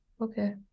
okay